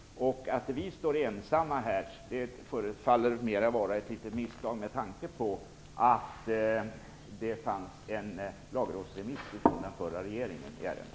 Att vi moderater skulle stå ensamma förefaller att vara ett litet misstag med tanke på att det fanns en lagrådsremiss från den förra regeringen i ärendet.